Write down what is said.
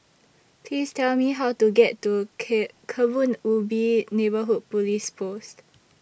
Please Tell Me How to get to K Kebun Ubi Neighbourhood Police Post